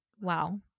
Wow